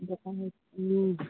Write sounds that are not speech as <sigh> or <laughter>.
দোকান <unintelligible>